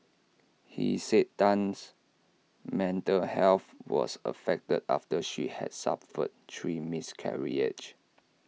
he said Tan's mental health was affected after she had suffered three miscarriages